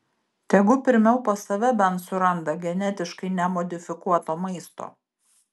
tegu pirmiau pas save bent suranda genetiškai nemodifikuoto maisto